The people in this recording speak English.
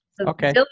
Okay